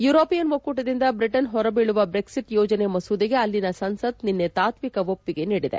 European ಒಕ್ಕೂಟದಿಂದ Britain ಹೊರಬೀಳುವ Brexit ಯೋಜನೆ ಮಸೂದೆಗೆ ಅಲ್ಲಿನ ಸಂಸತ್ ನಿನ್ನೆ ತಾತ್ವಿಕ ಒಪ್ಪಿಗೆ ನೀಡಿದೆ